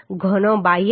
ઘણો બાહ્ય ભાર